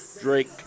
Drake